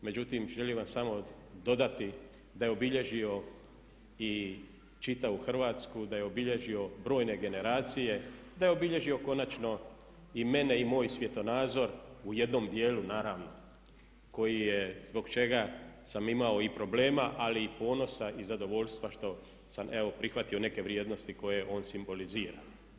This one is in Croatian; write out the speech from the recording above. Međutim, želim vam samo dodati da je obilježio i čitavu Hrvatsku, da je obilježio brojne generacije, da je obilježio konačno i mene i moj svjetonazor u jednom dijelu naravno koji je, zbog čega sam imao i problema ali i ponosa i zadovoljstva što sam evo prihvatio neke vrijednosti koje on simbolizira.